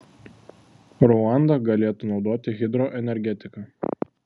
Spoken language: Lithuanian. ruanda galėtų naudoti hidroenergetiką